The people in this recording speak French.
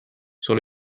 sur